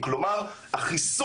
כדי להכיר בבדיקה הביתית.